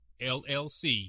LLC